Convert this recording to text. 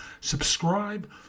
Subscribe